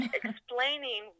explaining